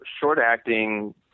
short-acting